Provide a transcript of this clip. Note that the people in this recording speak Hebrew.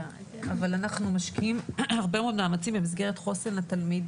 אנחנו משקיעים הרבה מאוד מאמצים במסגרת חוסן לתלמיד